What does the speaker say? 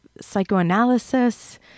psychoanalysis